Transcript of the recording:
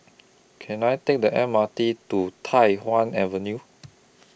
Can I Take The M R T to Tai Hwan Avenue